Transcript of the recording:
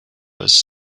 was